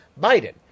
Biden